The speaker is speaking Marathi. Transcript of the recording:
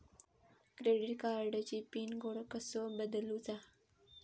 क्रेडिट कार्डची पिन कोड कसो बदलुचा?